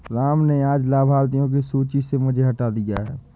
राम ने आज लाभार्थियों की सूची से मुझे हटा दिया है